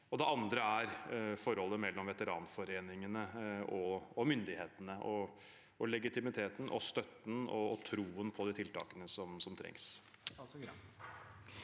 Det andre er forholdet mellom veteranforeningene og myndighetene – og legitimiteten og støtten og troen på de tiltakene som trengs.